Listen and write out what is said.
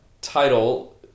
title